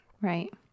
Right